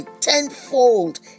tenfold